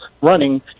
running